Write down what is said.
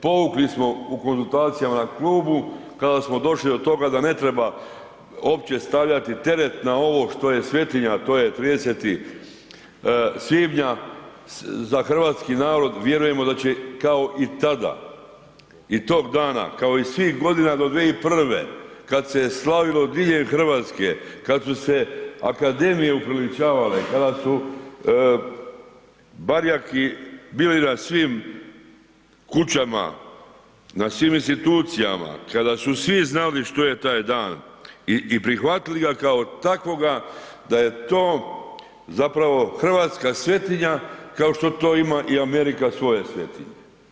Povukli smo na konzultacijama na klubu kada smo došli do toga da ne treba uopće stavljati teret na ovo što je svetinja, a to je 30. svibnja, za hrvatski narod vjerujemo da će kao i tada i tog kao svih godina do 2001. kada se slavilo diljem Hrvatske, kada su se akademije upriličavale, kada su barjaki bili na svim kućama, na svim institucijama, kada su svi znali što je taj dan i prihvatili ga kao takvoga da je to zapravo hrvatska svetinja kao što to ima i Amerika svoje svetinje.